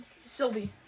Sylvie